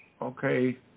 Okay